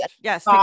yes